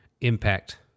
impact